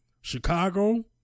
Chicago